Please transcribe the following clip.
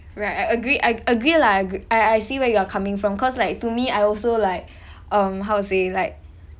right I agree I agree lah I agr~ I I see where you are coming from cause like to me I also like um how to say like